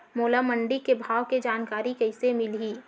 मोला मंडी के भाव के जानकारी कइसे मिलही?